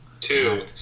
two